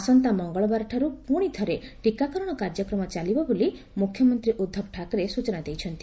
ଆସନ୍ତା ମଙ୍ଗଳବାରଠାରୁ ପୁଣି ଥରେ ଟିକାକରଣ କାର୍ଯ୍ୟକ୍ମ ଚାଲିବ ବୋଲି ମ୍ରଖ୍ୟମନ୍ତ୍ରୀ ଉଦ୍ଧବ ଠାକ୍ରେ ସ୍ତଚନା ଦେଇଛନ୍ତି